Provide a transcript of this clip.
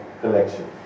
collection